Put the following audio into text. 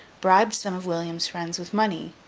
bribed some of william's friends with money,